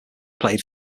played